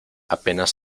apenas